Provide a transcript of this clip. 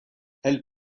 elle